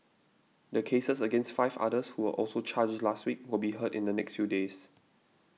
the cases against five others who were also charged last week will be heard in the next few days